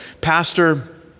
pastor